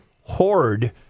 Horde